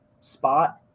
spot